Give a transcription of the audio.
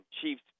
Chiefs